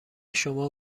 شما